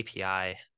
API